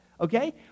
Okay